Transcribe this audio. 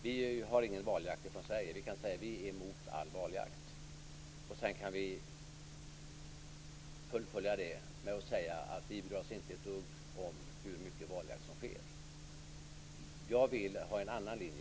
Vi bedriver ingen valjakt. Vi kan säga att vi är emot all valjakt och sedan kan vi fullfölja det med att säga att vi inte bryr oss ett dugg om hur mycket valjakt som sker. Jag vill ha en annan linje.